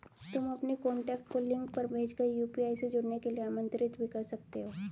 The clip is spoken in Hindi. तुम अपने कॉन्टैक्ट को लिंक भेज कर यू.पी.आई से जुड़ने के लिए आमंत्रित भी कर सकते हो